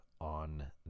on